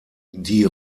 die